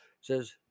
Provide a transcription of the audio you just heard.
Says